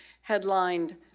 headlined